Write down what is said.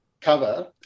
cover